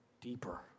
deeper